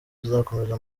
muzakomeza